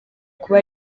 kuba